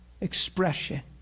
expression